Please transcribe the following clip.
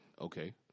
Okay